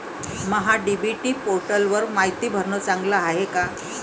महा DBT पोर्टलवर मायती भरनं चांगलं हाये का?